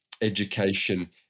education